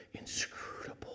inscrutable